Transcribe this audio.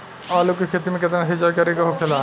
आलू के खेती में केतना सिंचाई करे के होखेला?